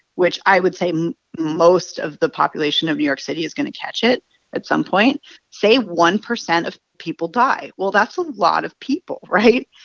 which i would say most of the population of new york city is going to catch it at some point say one percent of people die. well, that's a lot of people, right?